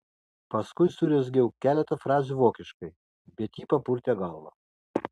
paskui surezgiau keletą frazių vokiškai bet ji papurtė galvą